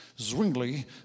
Zwingli